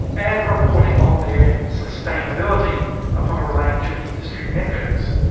and reporting on their sustainability upon a range of industry metrics.